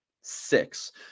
Six